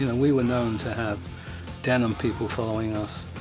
you know we were known to have denim people following us,